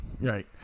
right